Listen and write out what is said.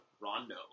Rondo